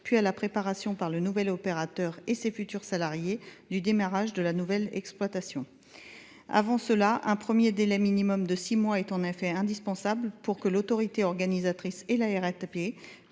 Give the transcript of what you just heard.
puis à la préparation par le nouvel opérateur et ses futurs salariés du démarrage de la nouvelle exploitation. Avant cela, un premier délai minimum de six mois est en effet indispensable pour que l’autorité organisatrice et la RATP